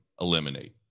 eliminate